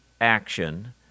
action